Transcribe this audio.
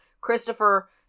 christopher